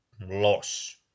loss